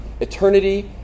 eternity